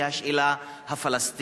שהיא השאלה הפלסטינית.